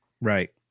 Right